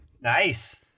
Nice